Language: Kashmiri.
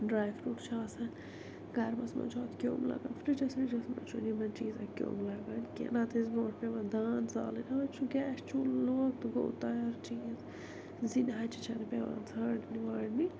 ڈرٛے فرٛوٗٹ چھِ آسان گَرمَس مَنٛز چھ اَتھ کیٛوٚم لَگان فرٛجَس مَنٛز چھُ نہٕ یمن چیٖزَن کیٛوٚم لگان کیٚنٛہہ نَتہٕ ٲسۍ برٛونٛٹھ پٮ۪وان دان زالٕنۍ اَز چھُ گیس چوٗلہٕ لوگ تہٕ گوٚو تیار چیٖز زِنہِ ہَچہِ چھِ نہٕ پٮ۪وان ژھانٛڈنہِ وانٛڈنہِ